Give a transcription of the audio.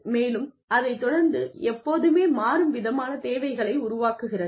மேலும் அதைத் தொடர்ந்து எப்போதுமே மாறும் விதமான தேவைகளை உருவாக்குகிறது